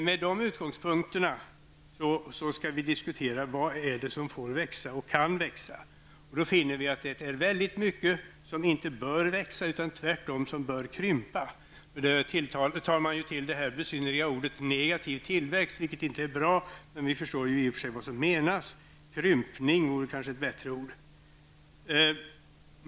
Med dessa utgångspunkter skall vi diskutera vad det är som får och kan växa. Då finner vi att det är mycket som inte bör växa utan tvärtom bör krympa. Då tar man till det besynnerliga ordet negativ tillväxt, vilket inte är bra. Vi förstår i och för sig vad som menas. Krympning vore kanske ett bättre ord.